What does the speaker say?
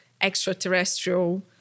extraterrestrial